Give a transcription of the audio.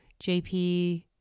JP